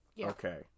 Okay